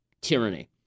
tyranny